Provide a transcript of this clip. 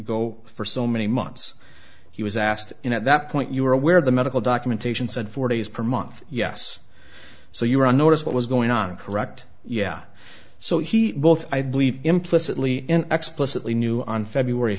go for so many months he was asked you know at that point you were aware the medical documentation said four days per month yes so you were on notice what was going on correct yeah so he both i believe implicitly and explicitly knew on february